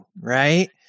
right